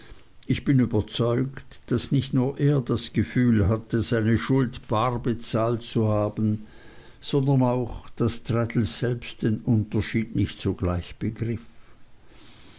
ich bin überzeugt daß nicht nur er das gefühl hatte seine schuld bar bezahlt zu haben sondern auch daß traddles selbst den unterschied nicht sogleich begriff